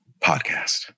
podcast